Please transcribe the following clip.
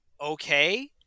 okay